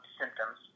symptoms